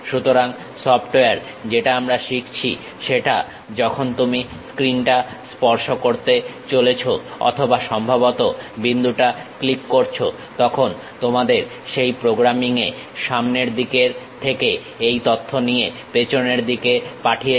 সুতরাং সফটওয়্যার যেটা আমরা শিখছি সেটা হলো যখন তুমি স্ক্রিন টা স্পর্শ করতে চলেছো অথবা সম্ভবত বিন্দুটা ক্লিক করেছো তখন তোমাদের সেই প্রোগ্রামিংয়ে সামনের দিকের থেকে এই তথ্য নিয়ে পেছনের দিকে পাঠিয়েছে